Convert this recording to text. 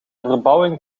verbouwing